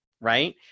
right